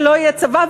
ולא יהיה צבא,